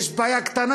יש בעיה קטנה: